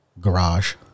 garage